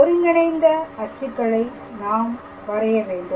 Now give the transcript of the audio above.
ஒருங்கிணைந்த அச்சுக்களை நாம் வரைய வேண்டும்